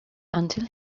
until